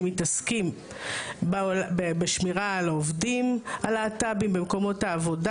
שמתעסקים בשמירה על העובדים הלהט"בים במקומות העבודה.